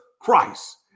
christ